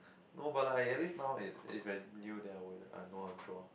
no but like I at least now it if I knew that I would I know how to draw